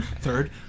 Third